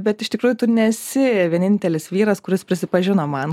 bet iš tikrųjų tu nesi vienintelis vyras kuris prisipažino man